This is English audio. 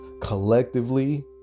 collectively